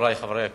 חברי חברי הכנסת,